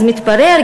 אז מתברר,